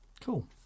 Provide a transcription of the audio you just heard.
Cool